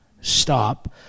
stop